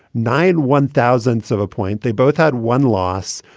nine one thousand s of a point. they both had one loss.